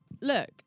look